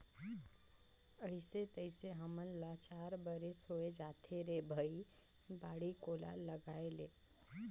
अइसे तइसे हमन ल चार बरिस होए जाथे रे भई बाड़ी कोला लगायेले